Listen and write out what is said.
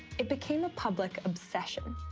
it became a public obsession.